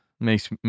makes